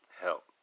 help